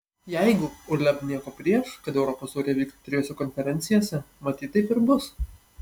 jeigu uleb nieko prieš kad europos taurė vyktų trijose konferencijose matyt taip ir bus